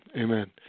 Amen